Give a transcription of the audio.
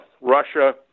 Russia